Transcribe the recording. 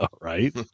right